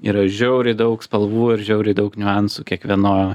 yra žiauriai daug spalvų ir žiauriai daug niuansų kiekvieno